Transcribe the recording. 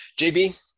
JB